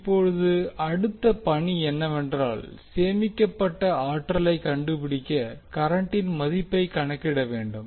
இப்போது அடுத்த பணி என்னவென்றால் சேமிக்கப்பட்ட ஆற்றலைக் கண்டுபிடிக்க கரண்டின் மதிப்பைக் கணக்கிட வேண்டும்